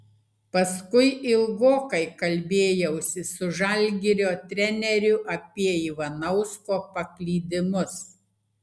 paskui ilgokai kalbėjausi su žalgirio treneriu apie ivanausko paklydimus